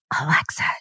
Alexa